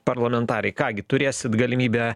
parlamentarai ką gi turėsit galimybę